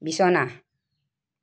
বিছনা